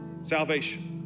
salvation